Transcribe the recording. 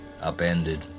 upended